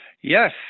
Yes